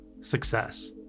success